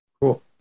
Cool